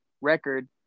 record